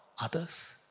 others